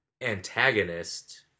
antagonist